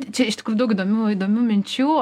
čia iš tikrųjų daug įdomių įdomių minčių